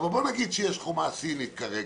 אבל בוא נגיד שיש חומה סינית כרגע.